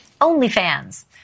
OnlyFans